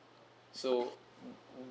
so